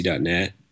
net